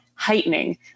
heightening